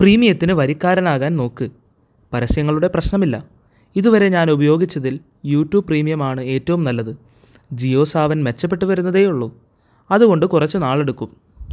പ്രീമിയത്തിനു വരിക്കാരനാകാന് നോക്ക് പരസ്യങ്ങളുടെ പ്രശ്നമില്ല ഇതുവരെ ഞാൻ ഉപയോഗിച്ചതിൽ യൂട്യൂബ് പ്രീമിയമാണ് ഏറ്റവും നല്ലത് ജിയോ സാവൻ മെച്ചപ്പെട്ടു വരുന്നതേയുള്ളു അതുകൊണ്ട് കുറച്ച് നാളെടുക്കും